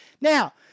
Now